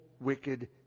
wicked